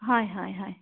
হয় হয় হয়